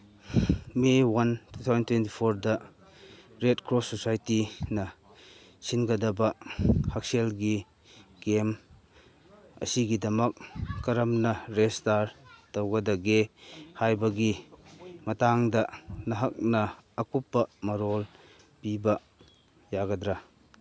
ꯃꯦ one two thousand twenty ꯐꯣꯔꯗ Red Cross ꯁꯣꯁꯥꯏꯇꯤꯅ ꯁꯤꯟꯒꯗꯕ ꯍꯛꯁꯦꯜꯒꯤ ꯀꯦꯝꯞ ꯑꯁꯤꯒꯤꯗꯃꯛ ꯀꯔꯝꯅ ꯔꯦꯁꯇꯥꯔ ꯇꯧꯒꯗꯒꯦ ꯍꯥꯏꯕꯒꯤ ꯃꯇꯥꯡꯗ ꯅꯍꯥꯛꯅ ꯑꯀꯨꯞꯄ ꯃꯔꯣꯜ ꯄꯤꯕ ꯌꯥꯒꯗ꯭ꯔꯥ